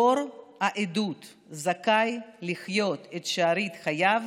דור העדות זכאי לחיות את שארית חייו